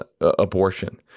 abortion